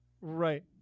right